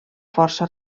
força